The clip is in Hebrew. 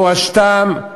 מורשתם,